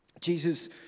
Jesus